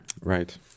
Right